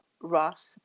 rough